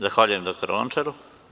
Zahvaljujem, dr Lončar.